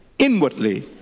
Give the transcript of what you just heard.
inwardly